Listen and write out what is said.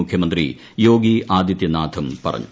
മുഖ്യമന്ത്രി യോഗി ആദിത്യനാഥും പറഞ്ഞു